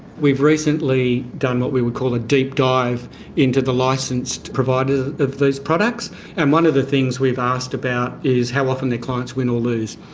we've recently done what we would call a deep dive into the licensed providers of these products and one of the things we've asked about is how often their clients win or lose.